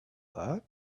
that